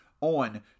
on